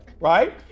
Right